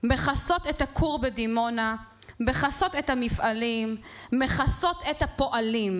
מכסות את הכור בדימונה / מכסות את המפעלים / מכסות את הפועלים.